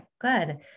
good